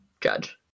Judge